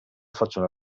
faccione